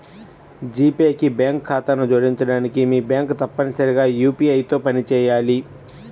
G Pay కి bank ఖాతాను జోడించడానికి, మీ బ్యాంక్ తప్పనిసరిగా యూ.పీ.ఐ తో పనిచేయాలి